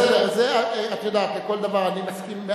בסדר, את יודעת, לכל דבר אני מסכים.